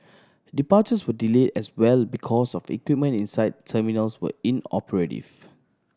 departures were delay as well because of equipment inside terminals were inoperative